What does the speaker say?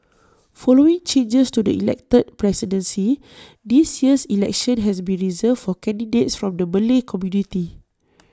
following changes to the elected presidency this year's election has been reserved for candidates from the Malay community